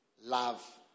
love